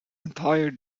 entire